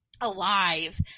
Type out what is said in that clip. alive